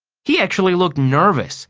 he actually looked nervous,